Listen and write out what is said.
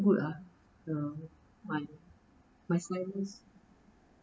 good ah my my sinus